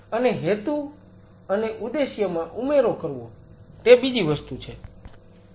અને હેતુ અને ઉદ્દેશ્યમાં ઉમેરો કરવો તે બીજી વસ્તુ છે